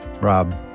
Rob